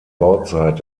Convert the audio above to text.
bauzeit